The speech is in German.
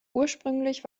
ursprünglich